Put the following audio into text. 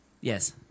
Yes